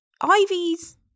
Ivy's